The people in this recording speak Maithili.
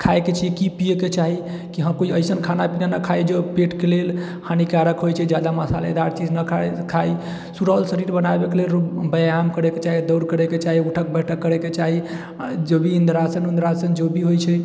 खाएके छै की पियैके चाही कि हँ कि कोइ अइसन खानाइ पिनाइ खाइ जे पेटके लेल हानिकारक होइ छै जादा मसालेदार चीज नऽ खाइ सुडौल शरीर बनाबेके लेल रोज व्यायाम करेके चाही दौड़ करके चाही उठक बैठक करेके चाही आ जो भी इन्द्रासन उन्द्रासन जो भी होइ छै